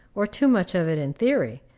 or too much of it in theory,